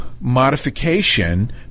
modification